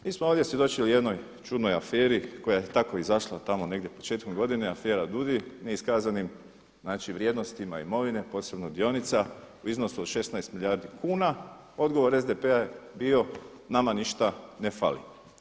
Mi smo ovdje svjedočili jednoj čudnoj aferi koja je tako izašla tamo negdje početkom godine, afera DUUDI neiskazanim znači vrijednostima imovine, posebno dionica ... u iznosu od 16 milijardi kuna, odgovor SDP-a je bio nama ništa ne fali.